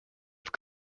have